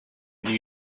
knew